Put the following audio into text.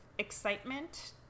Excitement